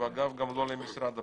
ואגב גם לא למשרד הפנים.